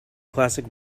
classic